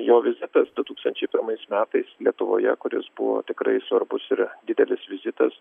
jo vizitas du tūkstančiai pirmais metais lietuvoje kuris buvo tikrai svarbus ir didelis vizitas